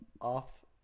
off